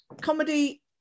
comedy